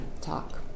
talk